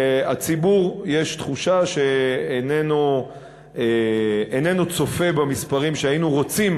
יש תחושה שהציבור איננו צופה בשיעורים שהיינו רוצים